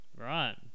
right